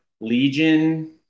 Legion